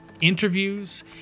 interviews